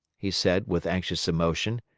he said, with anxious emotion,